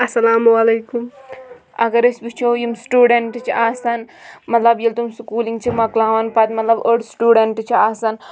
اَسَلامُ عَلَیکُم اَگَر أسۍ وٕچھو یِم سِٹوڈَنٹ چھِ آسان مَطلَب ییٚلہِ تم سکوٗلِنٛگ چھِ مَکلاوان پَتہٕ مَطلَب أڈۍ سٹوٗڈَنَٹ چھِ آسان